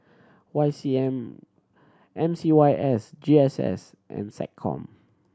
Y C M M C Y S G S S and SecCom